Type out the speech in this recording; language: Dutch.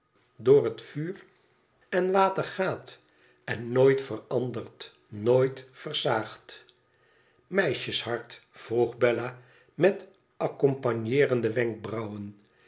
door het vuur en water gaat en nooit verandert nooit versaagt meisjeshart vroeg bella met accompagneerende wenkbrauwen